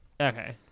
Okay